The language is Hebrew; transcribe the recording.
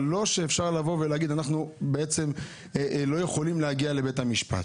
אבל לא להגיד שאנחנו לא יכולים להגיע לבית המשפט.